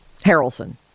harrelson